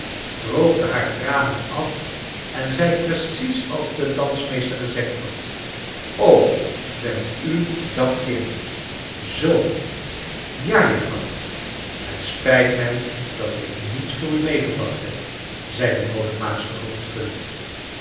droogde haar tranen af en zei precies als de dansmecster gezegd had bent u dat kind zoo ja juffrouw het spijt inij dat ik niets voor u meegebracht heb zei de